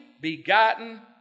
begotten